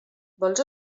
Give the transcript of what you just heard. vols